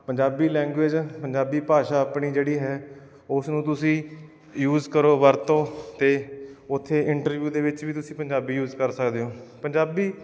Punjabi language Punjabi ਭਾਸ਼ਾ ਆਪਣੀ ਜਿਹੜੀ ਹੈ ਉਸ ਨੂੰ ਤੁਸੀਂ ਯੂਜ਼ ਕਰੋ ਵਰਤੋ ਅਤੇ ਉੱਥੇ ਇੰਟਰਵਿਊ ਦੇ ਵਿੱਚ ਵੀ ਤੁਸੀਂ ਪੰਜਾਬੀ ਯੂਜ਼ ਕਰ ਸਕਦੇ ਹੋ ਪੰਜਾਬੀ